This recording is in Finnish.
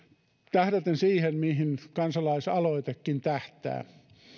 tähdäten siihen mihin kansalaisaloitekin tähtää